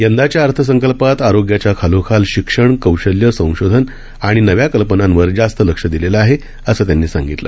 यंदाच्या अर्थसंकल्पात आरोग्याच्या खालोखाल शिक्षण कौशल्य संशोधन आणि नव्या कल्पनांवर जास्त लक्ष दिलेलं आहे असं त्यांनी सांगितलं